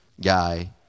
guy